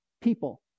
people